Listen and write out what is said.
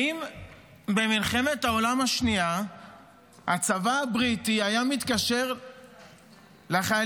האם במלחמת העולם השנייה הצבא הבריטי היה מתקשר לחיילים